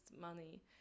money